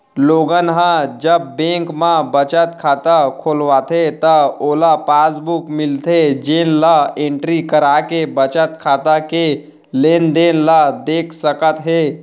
लोगन ह जब बेंक म बचत खाता खोलवाथे त ओला पासबुक मिलथे जेन ल एंटरी कराके बचत खाता के लेनदेन ल देख सकत हे